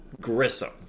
Grissom